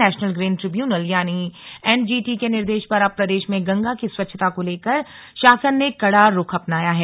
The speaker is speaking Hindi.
नेशनल ग्रीन ट्रिब्यूनल यानि एनजीटी के निर्देश पर अब प्रदेश में गंगा की स्वच्छता को लेकर शासन ने कड़ा रुख अपनाया है